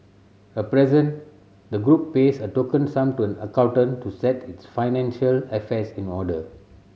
at present the group pays a token sum to an accountant to set its financial affairs in order